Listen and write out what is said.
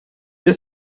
der